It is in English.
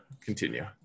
continue